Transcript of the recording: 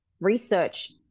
research